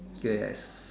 yes